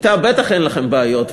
אתה בטח אין לכם בעיות,